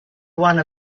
one